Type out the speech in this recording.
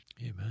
Amen